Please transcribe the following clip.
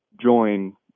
join